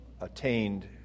attained